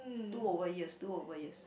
two over years two over years